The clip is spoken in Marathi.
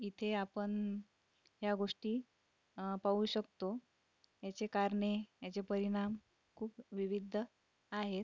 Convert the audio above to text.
इथे आपण या गोष्टी पाहू शकतो याचे कारणे याचे परिणाम खूप विविध आहेत